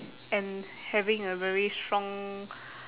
and having a very strong